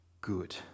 good